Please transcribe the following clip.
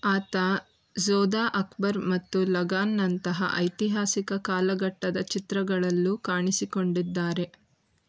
ಆತ ಜೋಧಾ ಅಕ್ಬರ್ ಮತ್ತು ಲಗಾನ್ನಂತಹ ಐತಿಹಾಸಿಕ ಕಾಲಘಟ್ಟದ ಚಿತ್ರಗಳಲ್ಲೂ ಕಾಣಿಸಿಕೊಂಡಿದ್ದಾರೆ